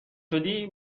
شدی